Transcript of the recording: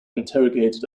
interrogated